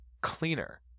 cleaner